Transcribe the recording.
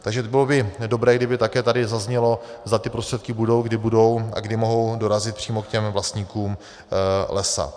Takže bylo by dobré, kdyby také tady zaznělo, zda ty prostředky budou, kdy budou a kdy mohou dorazit přímo k těm vlastníkům lesa.